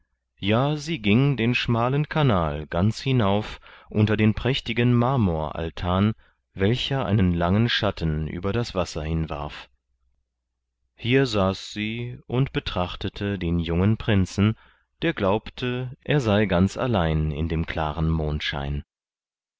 ja sie ging den schmalen kanal ganz hinauf unter den prächtigen marmoraltan welcher einen langen schatten über das wasser hinwarf hier saß sie und betrachtete den jungen prinzen der glaubte er sei ganz allein in dem klaren mondschein